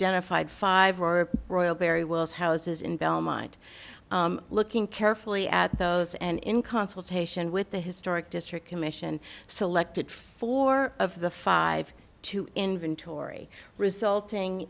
identified five or royal barry wills houses in belmont looking carefully at those and in consultation with the historic district commission selected four of the five to inventory resulting